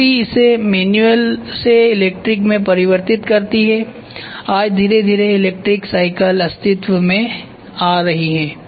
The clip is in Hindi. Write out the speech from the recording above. बैटरी इसे मैनुअल से इलेक्ट्रिक में परिवर्तित करती हैआज धीरे धीरे इलेक्ट्रिक साइकिल अस्तित्व में आ रही है